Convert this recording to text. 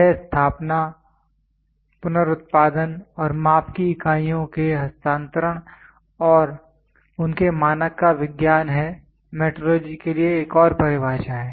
यह स्थापना पुनरुत्पादन और माप की इकाइयों के हस्तांतरण का और उनके मानक का विज्ञान है मेट्रोलॉजी के लिए एक और परिभाषा है